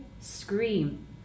scream